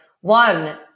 one